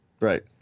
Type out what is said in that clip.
Right